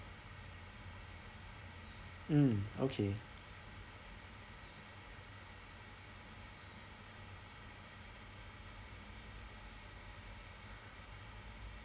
mm okay